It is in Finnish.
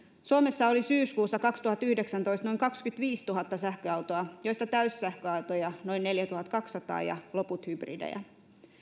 suomessa oli syyskuussa kaksituhattayhdeksäntoista noin kaksikymmentäviisituhatta sähköautoa joista täyssähköautoja noin neljätuhattakaksisataa ja loput hybridejä